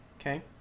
Okay